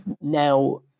Now